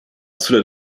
sulle